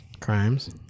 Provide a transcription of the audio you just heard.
Crimes